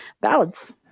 ballads